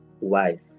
Wife